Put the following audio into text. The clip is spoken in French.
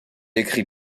écrit